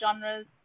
genres